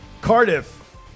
Cardiff